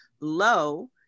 low